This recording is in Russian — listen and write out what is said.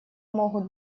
могут